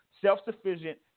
self-sufficient